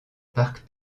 parc